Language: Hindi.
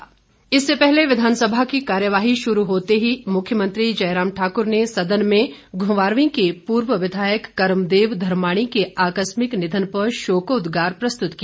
शोकोदगार इससे पहले विधानसभा की कार्यवाही शुरू होते ही मुख्यमंत्री जयराम ठाकुर ने सदन में घुमारवीं के पूर्व विधायक कर्मदेव धर्माणी के आकस्मिक निधन पर शोकोदगार प्रस्तुत किया